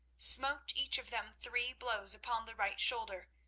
smote each of them three blows upon the right shoulder,